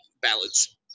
Ballads